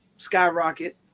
skyrocket